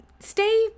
Stay